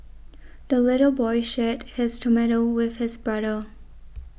the little boy shared his tomato with his brother